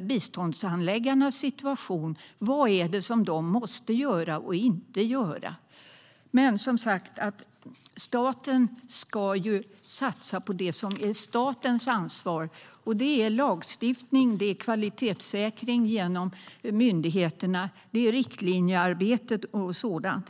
biståndshandläggarnas situation. Vad är det som de måste göra och inte göra? Staten ska som sagt satsa på det som är statens ansvar. Det är lagstiftning, kvalitetssäkring genom myndigheter, riktlinjearbete och sådant.